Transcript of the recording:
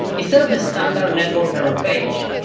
instead of the standard network error page,